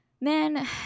man